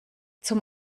zum